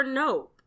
nope